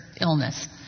illness